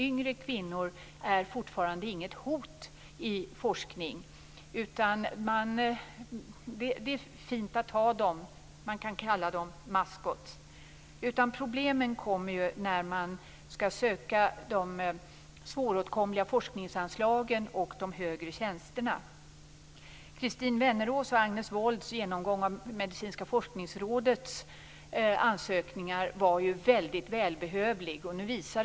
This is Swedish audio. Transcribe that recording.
Yngre kvinnor är fortfarande inget hot i forskning. Det är fint att ha dem. Man kan kalla dem "maskotar". Problemen kommer när kvinnor skall söka de svåråtkomliga forskningsanslagen och de högre tjänsterna. Christine Wennerås och Agnes Wolds genomgång av Medicinska forskningsrådets ansökningar var väldigt välbehövlig.